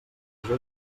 cosa